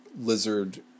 lizard